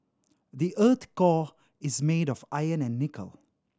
the earth's core is made of iron and nickel